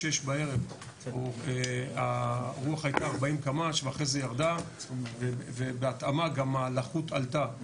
18:00 בערב הרוח הייתה 40 קמ"ש ואחרי זה ירדה ובהתאמה גם הלחות עלתה.